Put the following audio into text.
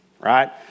Right